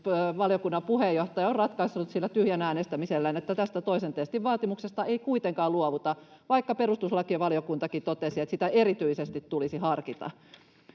valiokunnan puheenjohtaja on ratkaissut sillä tyhjän äänestämisellään, että tästä toisen testin vaatimuksesta ei kuitenkaan luovuta, vaikka perustuslakivaliokuntakin totesi, että sitä erityisesti tulisi harkita.